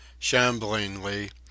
shamblingly